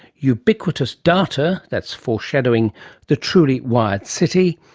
ubiquitous data, that's foreshadowing the truly wired city,